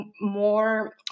more